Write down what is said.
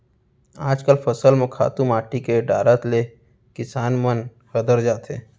आजकल फसल म खातू माटी के डारत ले किसान मन हदर जाथें